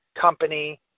company